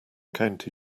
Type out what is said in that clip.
county